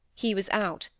he was out,